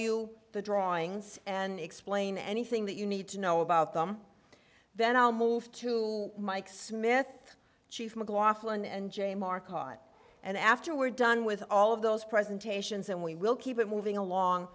you the drawings and explain anything that you need to know about them then i'll move to mike smith chief mclaughlin and jay market and after were done with all of those presentations and we will keep it moving along